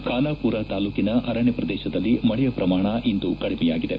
ಖಾನಾಪೂರ ತಾಲೂಕಿನ ಅರಣ್ಯ ಪ್ರದೇಶದಲ್ಲಿ ಮಳೆಯ ಪ್ರಮಾಣ ಇಂದು ಕಡಿಮೆಯಾಗಿದೆ